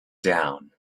down